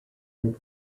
and